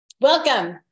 welcome